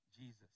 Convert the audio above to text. Jesus